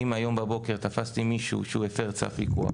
אם היום בבוקר תפסתי מישהו שהפר צו פיקוח